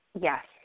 Yes